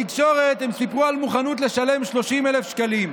בתקשורת הם סיפרו על מוכנות לשלם 30,000 שקלים.